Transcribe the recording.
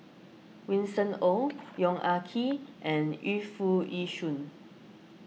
Winston Oh Yong Ah Kee and Yu Foo Yee Shoon